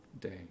day